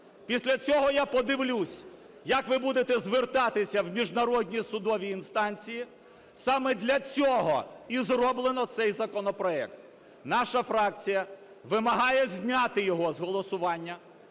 Після цього я подивлюсь, як ви будете звертатися в міжнародні судові інстанції. Саме для цього і зроблено цей законопроект. Наша фракція вимагає зняти його з голосування,